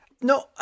No